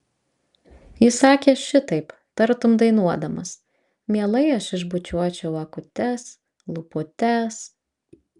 jis sakė šitaip tartum dainuodamas mielai aš išbučiuočiau akutes lūputes